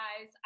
guys